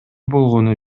болгону